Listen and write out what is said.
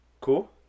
cool